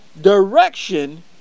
direction